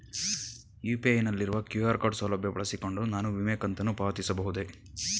UPI ನಲ್ಲಿರುವ QR ಸೌಲಭ್ಯ ಬಳಸಿಕೊಂಡು ನಾನು ವಿಮೆ ಕಂತನ್ನು ಪಾವತಿಸಬಹುದೇ?